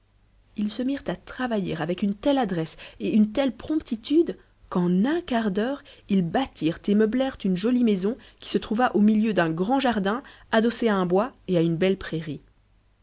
ils se mirent à travailler avec une telle adresse et une telle promptitude qu'en un quart d'heure ils bâtirent et meublèrent une jolie maison qui se trouva au milieu d'un grand jardin adossée à un bois et à une belle prairie